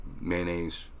mayonnaise